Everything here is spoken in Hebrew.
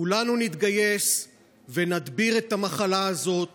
כולנו נתגייס ונדביר את המחלה הזאת